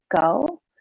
go